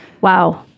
Wow